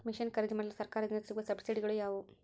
Mission ಖರೇದಿಮಾಡಲು ಸರಕಾರದಿಂದ ಸಿಗುವ ಸಬ್ಸಿಡಿಗಳು ಯಾವುವು?